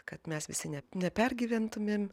kad mes visi ne nepergyventumėm